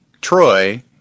Troy